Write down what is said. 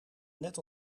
net